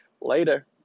Later